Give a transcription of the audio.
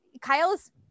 Kyle's